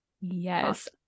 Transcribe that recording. Yes